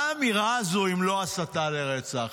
מה האמירה הזו אם לא הסתה לרצח?